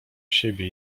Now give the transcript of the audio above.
siebie